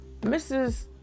mrs